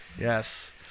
Yes